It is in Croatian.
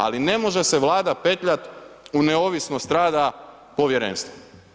Ali ne može se Vlada petljati u neovisnost rada Povjerenstva.